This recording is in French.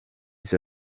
the